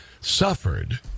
suffered